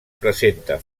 presenta